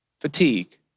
fatigue